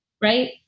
right